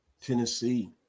Tennessee